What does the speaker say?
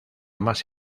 más